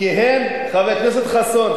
חבר הכנסת חסון,